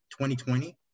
2020